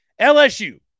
LSU